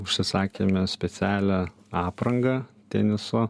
užsisakėme specialią aprangą teniso